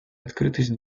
открытость